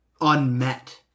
unmet